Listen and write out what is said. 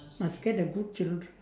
must get a good children